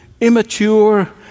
immature